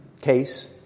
case